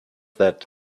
that